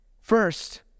First